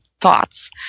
thoughts